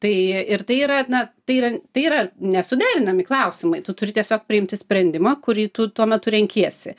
tai ir tai yra na tai yra tai yra nesuderinami klausimai tu turi tiesiog priimti sprendimą kurį tu tuo metu renkiesi